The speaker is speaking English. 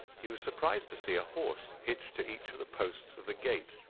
he was surprised to see a horse hitched to each of the posts of the gate.